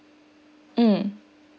mm